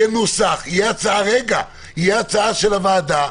יהיה נוסח, תהיה הצעה של הוועדה.